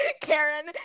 Karen